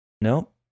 nope